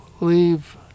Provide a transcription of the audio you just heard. leave